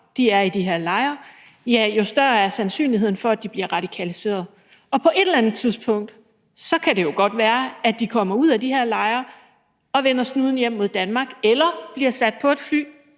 er i de her lejre, jo større er sandsynligheden for, at de bliver radikaliseret. Og på et eller andet tidspunkt kan det jo godt være, at de kommer ud af de her lejre og vender snuden hjem mod Danmark eller de bliver sat på et fly,